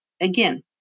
again